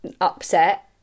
upset